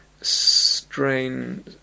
strain